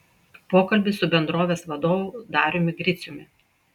pokalbis su bendrovės vadovu dariumi griciumi